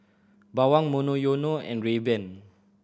Bawang Monoyono and Rayban